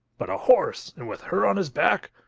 but a horse, and with her on his back!